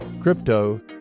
Crypto